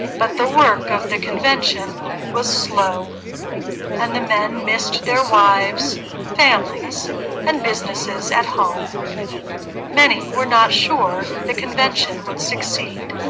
but the work of the convention was slow and the men missed their wives families and businesses at home many were not sure the convention would succeed